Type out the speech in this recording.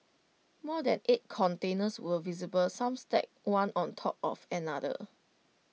more than eight containers were visible some stacked one on top of another